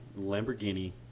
Lamborghini